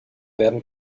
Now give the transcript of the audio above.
werden